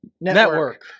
Network